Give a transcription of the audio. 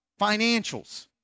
financials